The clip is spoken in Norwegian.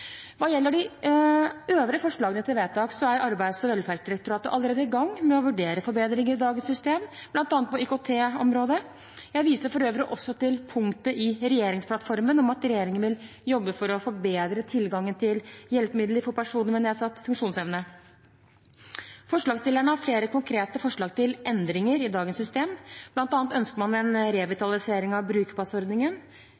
Hva gjelder de øvrige forslagene til vedtak, er Arbeids- og velferdsdirektoratet allerede i gang med å vurdere forbedringer i dagens system, bl.a. på IKT-området. Jeg viser for øvrig også til punktet i regjeringsplattformen om at regjeringen vil jobbe for å forbedre tilgangen til hjelpemidler for personer med nedsatt funksjonsevne. Forslagsstillerne har flere konkrete forslag til endringer i dagens system. Blant annet ønsker man en